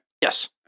Yes